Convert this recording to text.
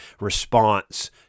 response